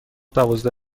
دوازده